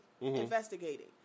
investigating